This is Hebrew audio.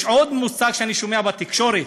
יש עוד מושג שאני שומע בתקשורת: